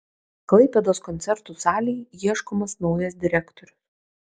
klaipėdos koncertų salei ieškomas naujas direktorius